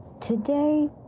today